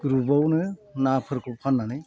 ग्रुपआवनो नाफोरखौ फान्नानै